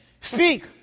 speak